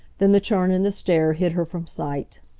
then the turn in the stair hid her from sight.